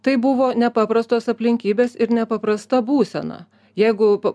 tai buvo nepaprastos aplinkybės ir nepaprasta būsena jeigu pa